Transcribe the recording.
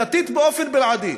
דתית באופן בלעדי.